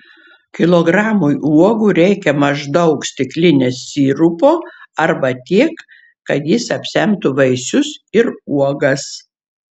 kilogramui uogų reikia maždaug stiklinės sirupo arba tiek kad jis apsemtų vaisius ir uogas